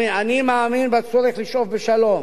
אני מאמין בצורך לשאוף לשלום.